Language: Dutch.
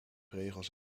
regels